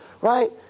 right